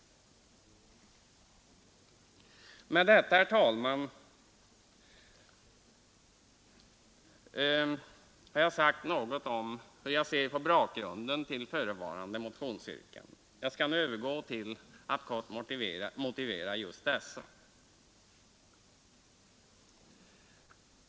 Med detta, herr talman, har jag sagt något om hur jag ser på bakgrunden till de förevarande motionsyrkandena. Jag skall nu övergå till att kort motivera just dessa.